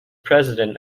president